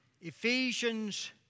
Ephesians